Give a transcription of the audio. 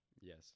Yes